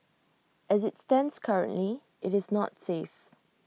as IT stands currently IT is not safe